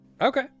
Okay